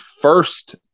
first